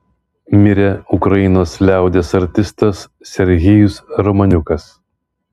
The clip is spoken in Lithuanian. mirė ukrainos liaudies artistas serhijus romaniukas